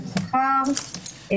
נציגת הממונה על השכר, שלום.